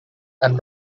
and